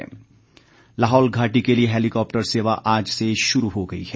helicopter Lahaul घाटी के लिए हेलीकॉप्टर सेवा आज से शुरू हो गई है